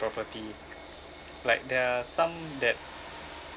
property like there are some that